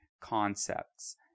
concepts